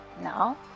Now